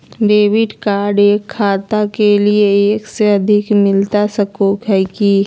Debit card एक खाता के लिए एक से अधिक मिलता सको है की?